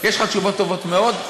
יש לך תשובות טובות מאוד?